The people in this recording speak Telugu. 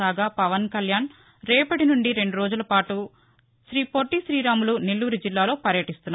కాగా పవన్ కళ్యాణ్ రేపటి నుండి రెండు రోజుల పాటు శ్రీపొట్లి శ్రీరాములు నెల్లూరు జిల్లాలో పర్యటిస్తున్నారు